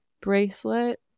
bracelet